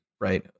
right